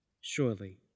Surely